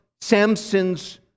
Samson's